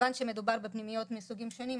מכיוון שמדובר בפנימיות מסוגים שונים,